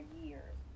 years